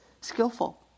skillful